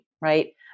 right